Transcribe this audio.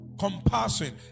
Compassion